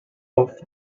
off